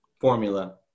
formula